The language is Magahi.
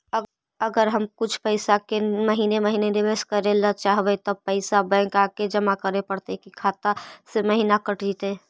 अगर हम कुछ पैसा के महिने महिने निबेस करे ल चाहबइ तब पैसा बैक आके जमा करे पड़तै कि खाता से महिना कट जितै?